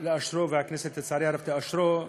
כדי לאשרו, והכנסת לצערי הרב תאשרו.